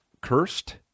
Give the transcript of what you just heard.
cursed